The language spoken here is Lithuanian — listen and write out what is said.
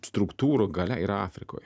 struktūrų galia yra afrikoj